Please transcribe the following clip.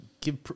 give